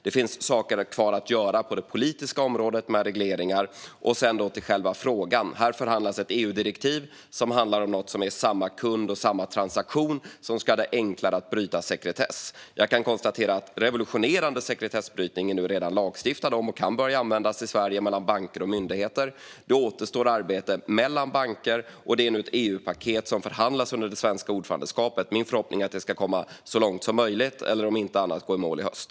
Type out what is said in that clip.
Det finns också saker kvar att göra på det politiska området med regleringar. När det gäller själva frågan förhandlas ett EU-direktiv som handlar om någonting som gäller samma kund och samma transaktion och som ska göra det enklare att bryta sekretess. Jag kan konstatera att det redan har stiftats lag om revolutionerande sekretessbrytande bestämmelser som kan börja användas i Sverige mellan banker och myndigheter. Det återstår arbete mellan banker. Och ett EU-paket förhandlas nu under det svenska ordförandeskapet. Min förhoppning är att det ska komma så långt som möjligt och om inte annat gå i mål i höst.